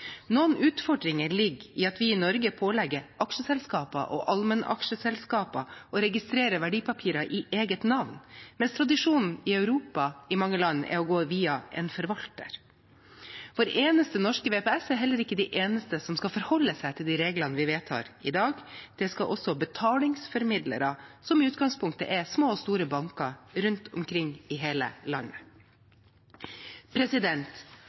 Noen utfordringer ligger i at vi i Norge pålegger aksjeselskaper og allmennaksjeselskaper å registrere verdipapirer i eget navn, mens tradisjonen i mange land i Europa er å gå via en forvalter. Vår eneste norske VPS er heller ikke de eneste som skal forholde seg til de reglene vi vedtar i dag. Det skal også betalingsformidlere, som i utgangspunktet er små og store banker rundt omkring i hele